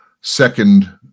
second